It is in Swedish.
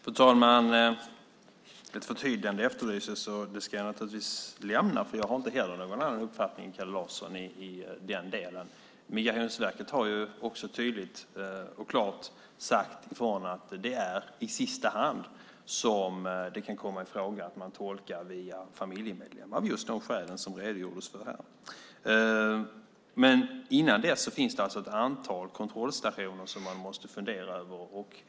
Fru talman! Ett förtydligande efterlyses, och det ska jag naturligtvis lämna. Jag har ingen annan uppfattning än Kalle Larsson i denna del. Migrationsverket har tydligt och klart sagt ifrån. Det är i sista hand som det kan komma i fråga att man tolkar via familjemedlemmar - av just de skäl som redogjorts för här. Men innan dess finns det alltså ett antal kontrollstationer som man måste fundera över.